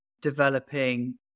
developing